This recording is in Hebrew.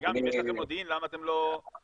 וגם אם יש לכם מודיעין למה אתם לא עוצרים,